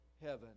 heaven